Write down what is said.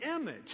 image